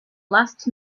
last